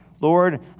Lord